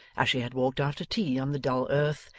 as she had walked after tea on the dull earth,